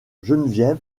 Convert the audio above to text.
geneviève